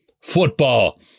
football